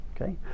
Okay